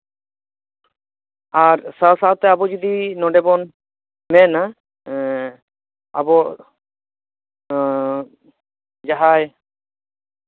ᱟᱨ ᱥᱟᱶᱼᱥᱟᱶᱛᱮ ᱟᱵᱚ ᱡᱩᱫᱤ ᱱᱚᱸᱰᱮ ᱵᱚᱱ ᱢᱮᱱᱟ ᱟᱵᱚ ᱡᱟᱦᱟᱸᱭ